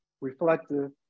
reflective